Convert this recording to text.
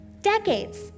decades